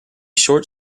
short